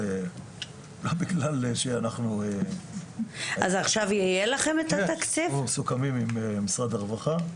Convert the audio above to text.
אנחנו מסוכמים עם משרד הרווחה,